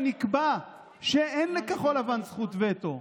ונקבע שאין לכחול לבן זכות וטו,